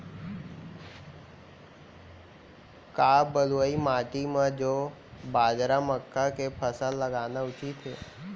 का बलुई माटी म जौ, बाजरा, मक्का के फसल लगाना उचित हे?